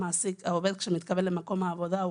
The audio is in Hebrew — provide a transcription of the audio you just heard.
כשהעובד מתקבל למקום העבודה,